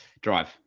drive